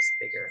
bigger